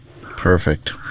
Perfect